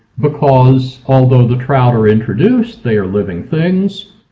because although the trout are introduced they are living things.